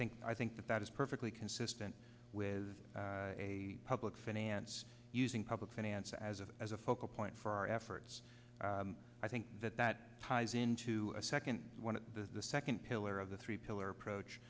think i think that that is perfectly consistent with a public finance using public finance as a as a focal point for our efforts i think that that ties into a second one is the second pillar of the three pillars approach